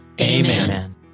Amen